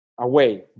away